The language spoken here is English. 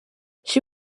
she